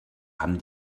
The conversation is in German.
haben